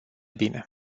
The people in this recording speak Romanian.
bine